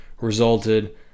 resulted